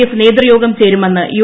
F നേതൃയോഗം ചേരുമെന്ന് U